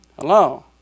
Hello